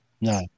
No